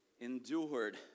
Endured